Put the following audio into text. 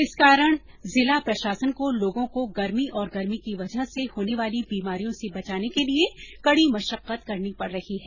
इस कारण जिला प्रशासन को लोगों को गर्मी और गर्मी की वजह से होने वाली बीमारियों से बचाने के लिए कड़ी मशक्कत करनी पड़ रही है